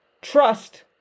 Trust